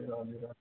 हजुर धन्यवाद